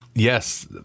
yes